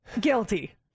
Guilty